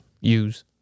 use